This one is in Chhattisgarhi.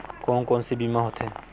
कोन कोन से बीमा होथे?